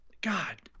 God